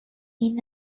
این